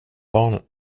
barnen